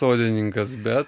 sodininkas bet